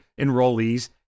enrollees